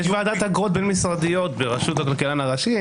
יש ועדת אגרות בין-משרדיות בראשות הכלכלן הראשי.